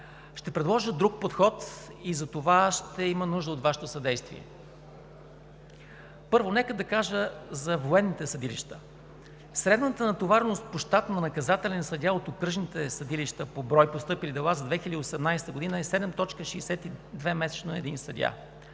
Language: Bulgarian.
Ще предложа друг подход и за това ще има нужда от Вашето съдействие. Първо, нека да кажа за военните съдилища. Средната натовареност по щат на наказателен съдия от окръжните съдилища по брой постъпили дела за 2018 г. е 7,62 месечно на един съдия.